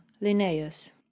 Linnaeus